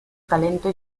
talento